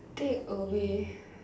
take away